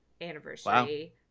anniversary